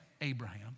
Abraham